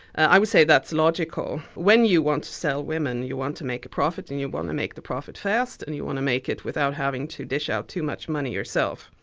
i would say that's logical. when you want to sell women, you want to make a profit and you want to make the profit fast, and you want to make it without having to dish out too much money yourself.